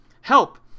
help